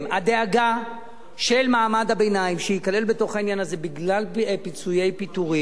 הדאגה שמעמד הביניים שייכלל בתוך העניין הזה בגלל פיצויי פיטורין,